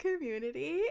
community